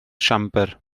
siambr